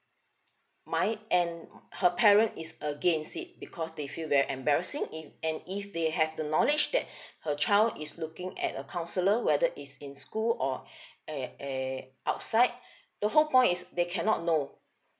mine and her parent is against it because they feel very embarrassing if and if they have the knowledge that her child is looking at a counsellor whether is in school or err err outside the whole point is they cannot know